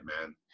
man